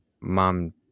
mom